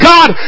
God